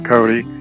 Cody